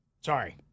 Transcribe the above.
Sorry